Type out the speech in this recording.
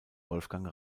wolfgang